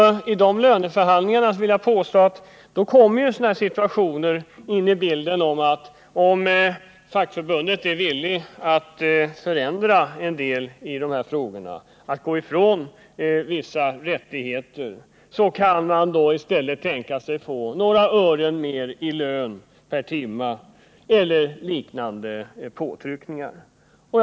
Vid löneförhandlingar, vill jag påstå, kan sådana situationer uppstå att man, om fackförbundet är villigt att förändra en del i dessa frågor och gå ifrån vissa rättigheter, i stället kan få några ören mer i lön per timme. Det är sådana påtryckningar man kan utsättas för.